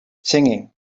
singing